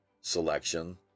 selection